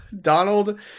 Donald